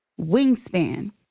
Wingspan